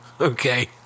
okay